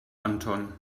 anton